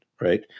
Right